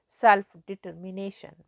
self-determination